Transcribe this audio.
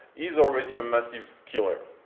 is already a massive killer.